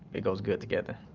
it goes good together,